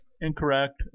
Incorrect